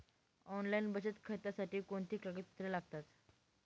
Online बचत खात्यासाठी कोणती कागदपत्रे लागतात?